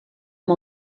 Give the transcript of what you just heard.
amb